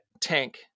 tank